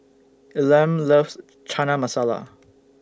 Elam loves Chana Masala